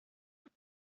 ate